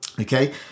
Okay